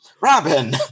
Robin